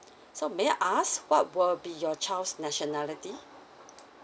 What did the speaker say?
so may I ask what will be your child's nationality